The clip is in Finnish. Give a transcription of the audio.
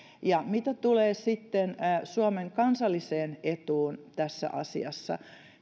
mitä tulee sitten suomen kansalliseen etuun tässä asiassa